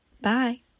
Bye